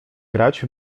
grać